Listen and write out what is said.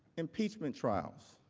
impeachment trials.